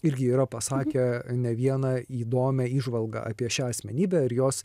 irgi yra pasakę ne vieną įdomią įžvalgą apie šią asmenybę ir jos